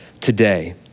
today